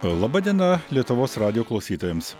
laba diena lietuvos radijo klausytojams